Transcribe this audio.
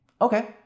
Okay